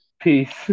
Peace